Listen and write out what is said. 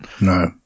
No